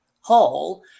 hall